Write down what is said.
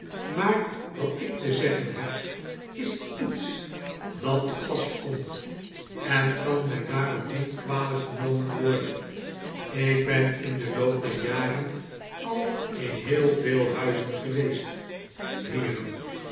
maar wat ik te zeggen heb is iets dat te pas komt en kan mij daarom niet kwalijk worden genomen ik ben in den loop der jaren al in heel veel huizen geweest heeren